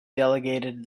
delegated